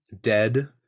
dead